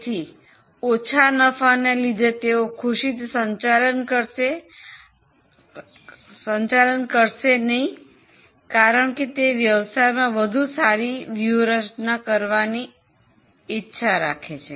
તેથી ઓછા નફાને લીધે તેઓ ખુશીથી સંચાલન કરશે નહીં કારણ કે તે વ્યવસાયમાં વધુ સારી વ્યૂહરચના કરવાની ઇચ્ચા રાખે છે